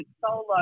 solo